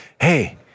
hey